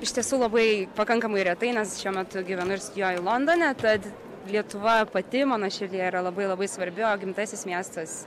iš tiesų labai pakankamai retai nes šiuo metu gyvenu ir studijuoju londone tad lietuva pati mano širdyje yra labai labai svarbi o gimtasis miestas